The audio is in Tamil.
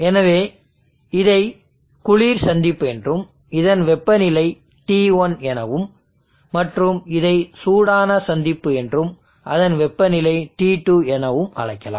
எனவே இதை குளிர் சந்திப்பு என்றும் இதன் வெப்பநிலை T1 எனவும் மற்றும் இதை சூடான சந்திப்பு என்றும் அதன் வெப்பநிலை T2 என்றும் அழைக்கலாம்